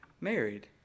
married